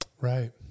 Right